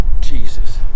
Jesus